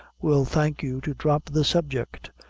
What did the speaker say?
we'll thank you to drop the subject.